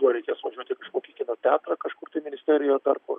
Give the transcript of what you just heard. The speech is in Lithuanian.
tuoj reikės važiuot į kažkokį kino teatrą kažkur tai ministerijoj ar dar kur